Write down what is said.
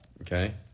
okay